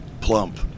plump